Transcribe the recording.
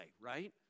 right